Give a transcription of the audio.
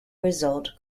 result